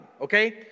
Okay